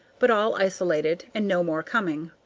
but all isolated, and no more coming.